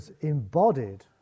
embodied